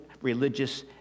religious